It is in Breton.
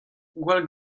gwall